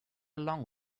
along